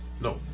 No